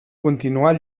continuar